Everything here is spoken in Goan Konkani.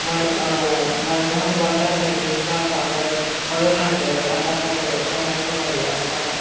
मडगां मडगांव बोड्डा सायडीन सुद्दां आसा बट हो जो खांडेपारांक आसा पय तो मातसो व्हडलो आसा